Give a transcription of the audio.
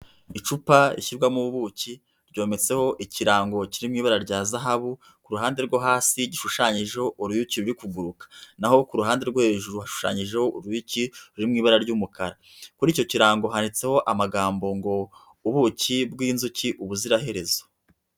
Icupa rishyirwamo ubuki ryometseho ikirango kiri mu ibara rya zahabu ku ruhande rwo hasi gishushanyijeho uruyu kiri kuguruka naho ku ruhande rwe hejuru hashushanyijeho uruyuki ruri mu ibara ry'umukara kuri icyo kirambo handitseho amagambo ngo ubuki bw'inzuki ubuziraherezo.